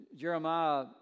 Jeremiah